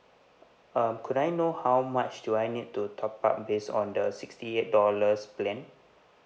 um could I know how much do I need to top up based on the sixty eight dollars plan